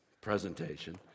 presentation